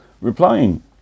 Replying